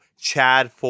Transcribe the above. Chad